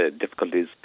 difficulties